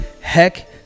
Heck